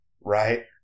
Right